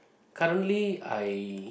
currently I